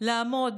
לעמוד